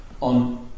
on